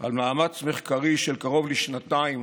על מאמץ מחקרי של קרוב לשנתיים